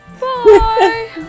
Bye